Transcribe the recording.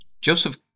Joseph